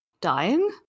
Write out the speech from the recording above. dying